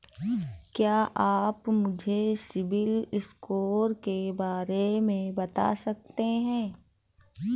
क्या आप मुझे सिबिल स्कोर के बारे में बता सकते हैं?